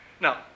Now